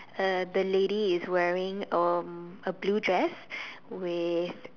uh the lady is wearing um a blue dress with